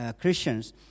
Christians